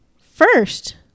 first